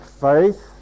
faith